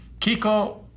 Kiko